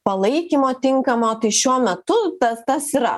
palaikymo tinkamo tai šiuo metu tas tas yra